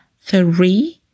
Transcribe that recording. three